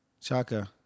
Chaka